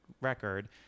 record